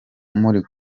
muri